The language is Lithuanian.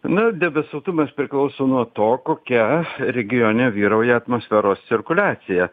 na debesuotumas priklauso nuo to kokia regione vyrauja atmosferos cirkuliacija